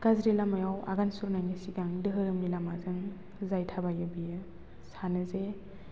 गाज्रि लामायाव आगान सुरनायनि सिगां दोहोरोमनि लामाजों जाय थाबायो बेयो सानो जे